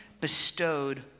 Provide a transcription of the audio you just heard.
bestowed